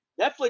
Netflix